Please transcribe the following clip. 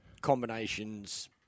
Combinations